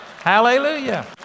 Hallelujah